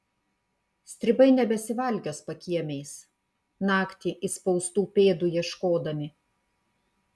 stribai nebesivalkios pakiemiais naktį įspaustų pėdų ieškodami